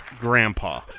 Grandpa